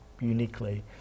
uniquely